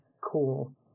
cool